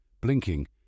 Blinking